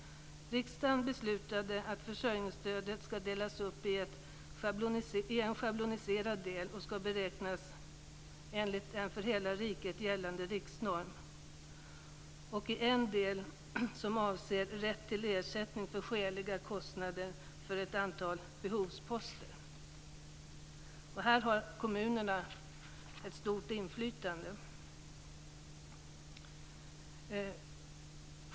Riksdagen beslutade att försörjningsstödet skall delas upp i en schabloniserad del och att det skall beräknas enligt en för hela riket gällande riksnorm och i en del som avser rätt till ersättning för skäliga kostnader för ett antal behovsposter. Här har kommunerna ett stort inflytande.